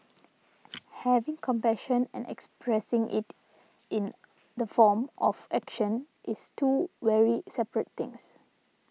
having compassion and expressing it in the form of action is two very separate things